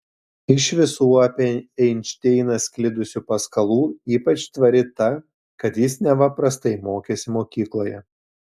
iš visų apie einšteiną sklidusių paskalų ypač tvari ta kad jis neva prastai mokėsi mokykloje